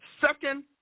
second